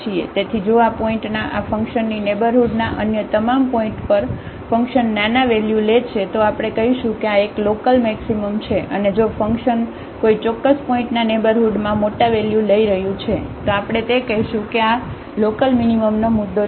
તેથી જો આ પોઇન્ટના આ ફંકશનની નેબરહુડના અન્ય તમામ પોઇન્ટ પર ફંકશન નાના વેલ્યુ લે છે તો આપણે કહીશું કે આ એક લોકલમેક્સિમમ છે અને જો ફંકશન કોઈ ચોક્કસ પોઇન્ટના નેબરહુડમાં મોટા વેલ્યુ લઈ રહ્યું છે તો આપણે તે કહીશું આ લોકલમીનીમમનો મુદ્દો છે